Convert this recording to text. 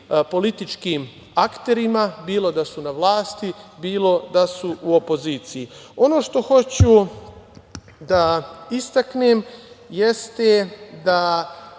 političkim akterima, bilo da su na vlasti, bilo da su u opoziciji. Ono što hoću da istaknem jeste da